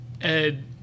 Ed